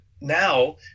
now